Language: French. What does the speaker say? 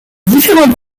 différents